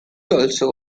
also